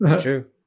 true